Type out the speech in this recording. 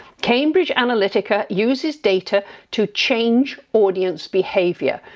cambridge analytica uses data to change audience behaviour.